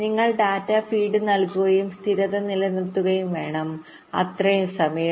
നിങ്ങൾ data feed നൽകുകയും സ്ഥിരത നിലനിർത്തുകയും വേണം അത്രയും സമയം